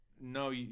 no